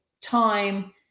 time